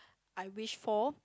I wish for